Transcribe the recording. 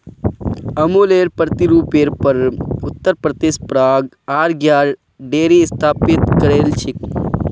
अमुलेर प्रतिरुपेर पर उत्तर प्रदेशत पराग आर ज्ञान डेरी स्थापित करील छेक